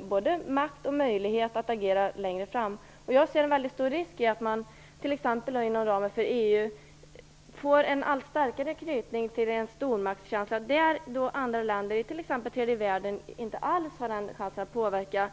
både makt och möjlighet att agera längre fram. Det finns en stor risk för att man t.ex. inom ramen för EU får en allt starkare knytning till en stormakt, vilket andra länder t.ex. i tredje världen då inte har en chans att påverka.